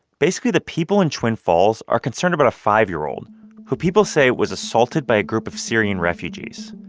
basically, the people in twin falls are concerned about a five year old who people say was assaulted by a group of syrian refugees.